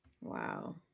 Wow